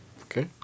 Okay